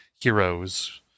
heroes